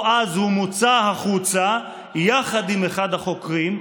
או אז הוא מוצא החוצה יחד עם אחד החוקרים,